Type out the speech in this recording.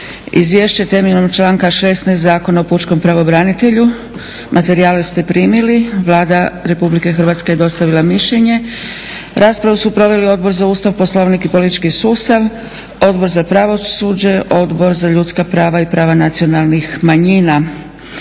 izvješće temeljem članka 16. Zakona o pučkom pravobranitelju. Materijale ste primili. Vlada Republike Hrvatske je dostavila mišljenje. Raspravu su proveli Odbor za Ustav, Poslovnik i politički sustav, Odbor za pravosuđe, Odbor za ljudska prava i prava nacionalnih manjina.